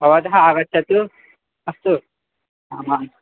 भवतः आगच्छतु अस्तु आमां